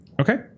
Okay